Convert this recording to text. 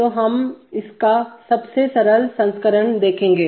तो हम इसका सबसे सरल संस्करण देखेंगे